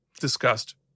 discussed